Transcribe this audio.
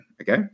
okay